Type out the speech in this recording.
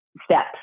steps